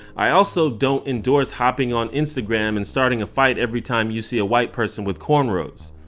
i also don't endorse hopping on instagram and starting a fight every time you see a white person with cornrows.